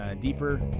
deeper